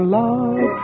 love